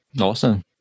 Awesome